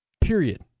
Period